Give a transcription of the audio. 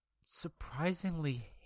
surprisingly